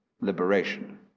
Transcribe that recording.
liberation